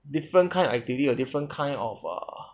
different kind activity got different kind of err